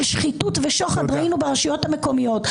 שחיתות ושוחד ראינו ברשויות המקומיות.